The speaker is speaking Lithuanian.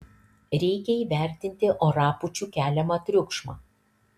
reikia įvertinti orapūčių keliamą triukšmą